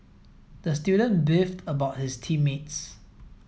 the student beefed about his team mates